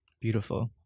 Beautiful